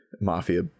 mafia